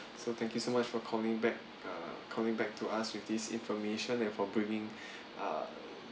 so thank you so much for calling back uh calling back to us with this information and for bringing uh